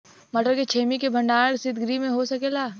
मटर के छेमी के भंडारन सितगृह में हो सकेला?